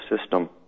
system